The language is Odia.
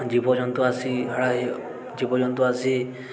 ଜୀବଜନ୍ତୁ ଆସି ଜୀବଜନ୍ତୁ ଆସି